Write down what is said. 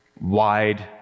wide